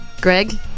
Greg